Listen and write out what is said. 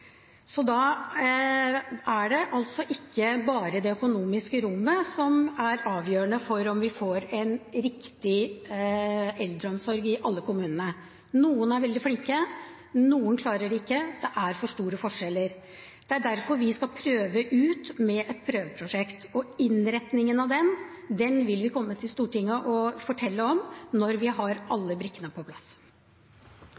er altså ikke bare det økonomiske rommet som er avgjørende for om vi får en riktig eldreomsorg i alle kommunene. Noen er veldig flinke, noen klarer det ikke – det er for store forskjeller. Det er derfor vi skal prøve ut med et prøveprosjekt. Innretningen av det vil vi komme til Stortinget og fortelle om når vi har